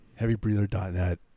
HeavyBreather.net